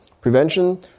prevention